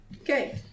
Okay